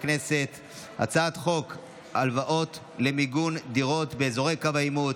הצעת חוק הלוואות למיגון דירות באזורי קו העימות,